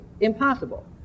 impossible